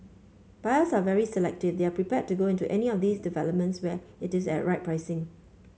buyers are very selective they are prepared to go into any of these developments where it is at right pricing